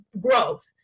growth